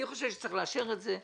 אני חושב שצריך לאשר את זה.